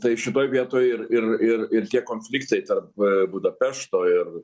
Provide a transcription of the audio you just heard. tai šitoj vietoj ir ir ir ir tie konfliktai tarp budapešto ir